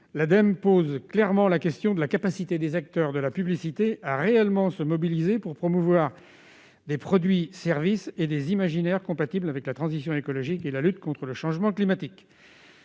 L'Ademe pose clairement la question de la capacité des acteurs de la publicité à réellement se mobiliser pour promouvoir des produits, des services et des imaginaires compatibles avec la transition écologique et la lutte contre le changement climatique.